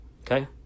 Okay